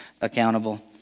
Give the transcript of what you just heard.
accountable